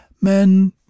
Men